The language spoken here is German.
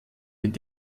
mit